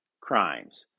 crimes